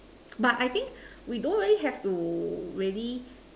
but I think we don't really have to really